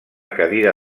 cadira